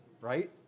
Right